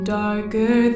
darker